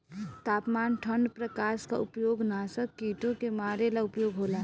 तापमान ठण्ड प्रकास का उपयोग नाशक कीटो के मारे ला उपयोग होला का?